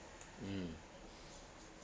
mm